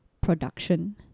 Production